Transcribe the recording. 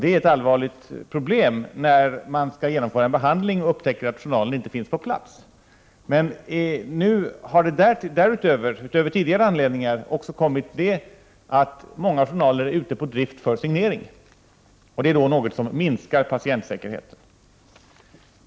Det är ett allvarligt problem att upptäcka att en journal inte finns på plats då man skall genomföra en behandling. Utöver tidigare anledningar till att journaler inte finns tillgängliga har tillkommit den att journaler är ute på drift för signering, och detta minskar patientsäkerheten.